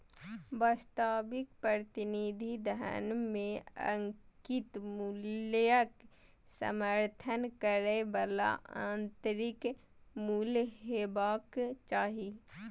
वास्तविक प्रतिनिधि धन मे अंकित मूल्यक समर्थन करै बला आंतरिक मूल्य हेबाक चाही